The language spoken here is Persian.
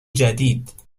جدید